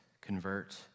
convert